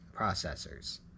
processors